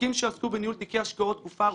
"עוסקים שעסקו בניהול תיקי השקעות תקופה ארוכה...